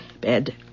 bed